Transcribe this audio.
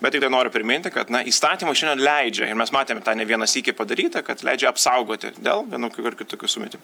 bet tik dar noriu priminti kad na įstatymai šiandien leidžia ir mes matėm tą ne vieną sykį padaryta kad leidžia apsaugoti dėl vienokių ar kitokių sumetimų